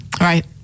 right